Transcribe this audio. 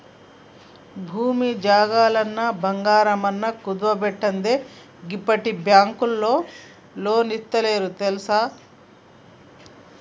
భూమి జాగలన్నా, బంగారమన్నా కుదువబెట్టందే గిప్పట్ల బాంకులోల్లు లోన్లిత్తలేరు తెల్సా